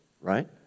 right